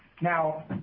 Now